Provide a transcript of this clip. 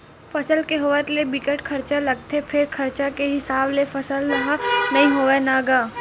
फसल के होवत ले बिकट खरचा लागथे फेर खरचा के हिसाब ले फसल ह नइ होवय न गा